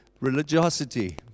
religiosity